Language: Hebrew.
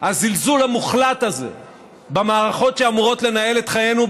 הזלזול המוחלט הזה במערכות שאמורות לנהל את חיינו,